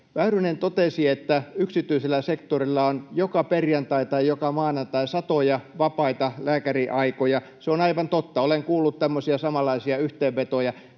Väyrynen totesi, että yksityisellä sektorilla on joka perjantai tai joka maanantai satoja vapaita lääkäriaikoja. Se on aivan totta, olen kuullut tämmöisiä samanlaisia yhteenvetoja.